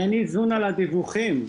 אין איזון על הדיווחים.